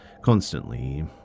constantly